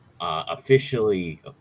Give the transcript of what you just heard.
Officially